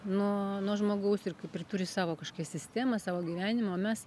nuo nuo žmogaus ir kaip ir turi savo kažkokią sistemą savo gyvenimą o mes